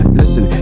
listen